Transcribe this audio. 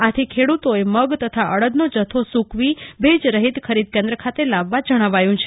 આથી ખેડૂતોએ મગ તથા અડદનો જથ્થો સૂકવી ભેજ રહિત ખરીદ કેન્દ્ર ખાતે લાવવા જણાવાયું છે